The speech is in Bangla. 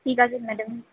ঠিক আছে ম্যাডাম